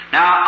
Now